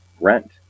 rent